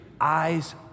eyes